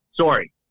Sorry